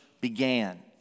began